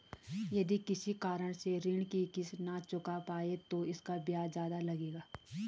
यदि किसी कारण से ऋण की किश्त न चुका पाये तो इसका ब्याज ज़्यादा लगेगा?